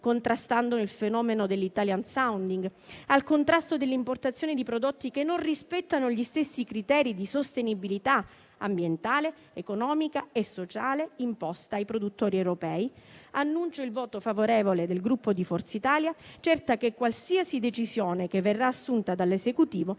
contrastando il fenomeno dell'*italian sounding*, fino al contrasto delle importazioni di prodotti che non rispettano gli stessi criteri di sostenibilità ambientale, economica e sociale imposta ai produttori europei, annuncio il voto favorevole del Gruppo Forza Italia, certa che qualsiasi decisione che verrà assunta dall'Esecutivo